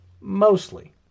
mostly